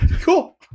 Cool